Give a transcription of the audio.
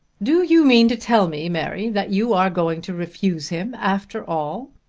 do you mean to tell me, mary, that you are going to refuse him after all?